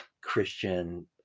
Christian